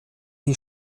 die